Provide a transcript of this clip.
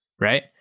right